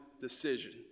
decision